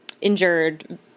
injured